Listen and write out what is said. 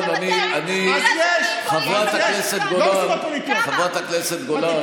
חברת הכנסת גולן,